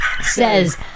says